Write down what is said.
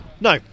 No